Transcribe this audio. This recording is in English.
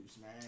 man